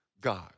God